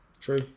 True